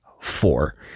four